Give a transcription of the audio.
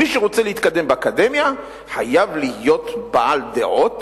מי שרוצה להתקדם באקדמיה חייב להיות בעל דעות